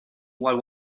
what